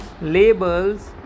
labels